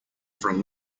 from